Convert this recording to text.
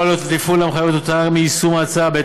עלויות התפעול המתחייבות מיישום ההצעה.